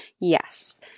yes